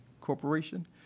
corporation